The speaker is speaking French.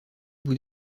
bout